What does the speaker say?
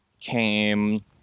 came